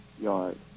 Yard